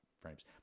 frames